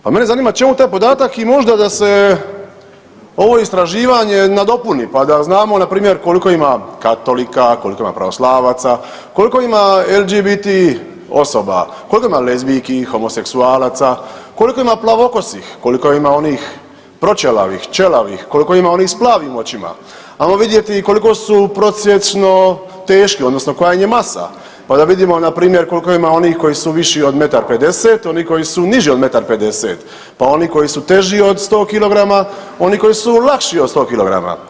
Pa mene zanima čemu taj podatak i možda da se ovo istraživanje nadopuni pa da znamo npr. koliko ima katolika, koliko ima pravoslavaca, koliko ima LGBT osoba, koliko ima lezbijki, homoseksualaca, koliko ima plavokosih, koliko ima onih proćelavih, ćelavih, koliko ima onih s plavim očima, ajmo vidjeti koliko su prosječno teški odnosno koja im je masa, pa da vidimo npr. koliko ima onih koji su viši od metar 50, oni koji su niži od metar 50, pa oni koji su teži od 100 kg, oni koji su lakši 100 kg.